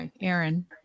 Aaron